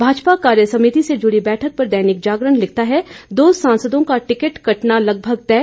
भाजपा कार्य समिति से जुड़ी बैठक पर दैनिक जागरण लिखता है दो सांसदों का टिकट कटना लगभग तय